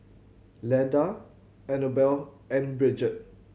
Leda Annabelle and Brigitte